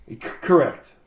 Correct